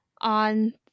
on